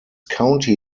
county